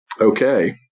Okay